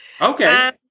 Okay